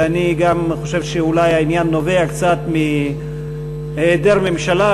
ואני גם חושב שאולי העניין נובע קצת מהיעדר ממשלה,